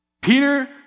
Peter